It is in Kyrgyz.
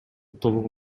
толугу